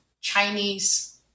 Chinese